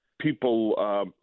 People